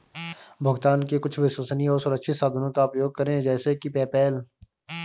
भुगतान के कुछ विश्वसनीय और सुरक्षित साधनों का उपयोग करें जैसे कि पेपैल